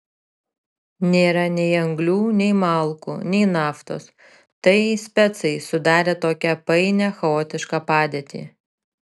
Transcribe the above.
nėra nei anglių nei malkų nei naftos tai specai sudarė tokią painią chaotišką padėtį